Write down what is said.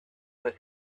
put